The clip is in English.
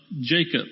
Jacob